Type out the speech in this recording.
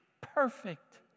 perfect